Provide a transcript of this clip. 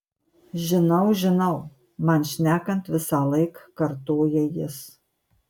žinau žinau man šnekant visąlaik kartoja jis